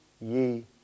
ye